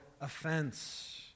offense